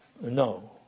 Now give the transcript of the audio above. No